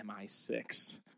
MI6